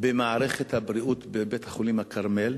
במערכת הבריאות, בבית-חולים "כרמל",